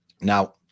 Now